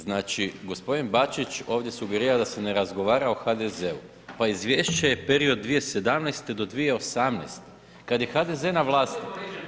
Znači gospodin Bačić, ovdje sugerira da se ne razgovara o HDZ-u pa izvješće je period od 2017.-2018. kada je HDZ na vlasti.